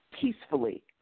peacefully